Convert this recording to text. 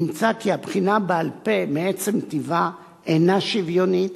נמצא כי הבחינה בעל-פה, מעצם טיבה, אינה שוויונית